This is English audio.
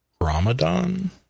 Ramadan